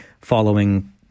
following